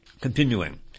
Continuing